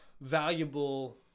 valuable